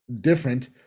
different